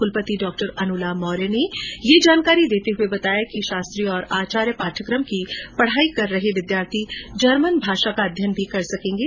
कुलपति डॉ अनुला मौर्य ने ये जानकारी देते हुए बताया कि शास्त्रर और आचार्य पाठ्यक्रम की पढ़ाई कर रहे विद्यार्थी जर्मन भाषा का अध्ययन कर सकेंगे